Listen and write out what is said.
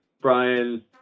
Brian